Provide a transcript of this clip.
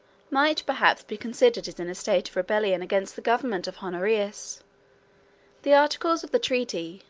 might perhaps be considered as in a state of rebellion against the government of honorius the articles of the treaty,